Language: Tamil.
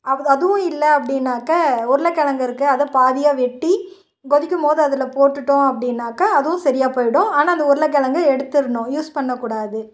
அது அதுவும் இல்லை அப்படின்னாக்க உருளைக்கெழங்கு இருக்குது அதை பாதியாக வெட்டி கொதிக்கும்போது அதில் போட்டுவிட்டோம் அப்படின்னாக்க அதுவும் சரியாக போயிடும் ஆனால் அந்த உருளைக்கெழங்க எடுத்துடுணும் யூஸ் பண்ணக்கூடாது